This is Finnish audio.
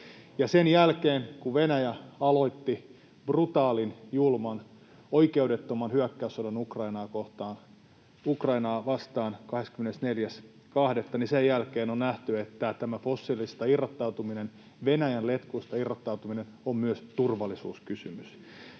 Sen jälkeen, kun Venäjä aloitti brutaalin, julman, oikeudettoman hyökkäyssodan Ukrainaa vastaan 24.2., on nähty, että tämä fossiilisista irrottautuminen, Venäjän letkuista irrottautuminen on myös turvallisuuskysymys,